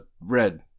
Red